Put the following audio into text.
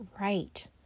right